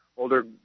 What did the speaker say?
older